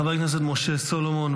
חבר הכנסת משה סולומון,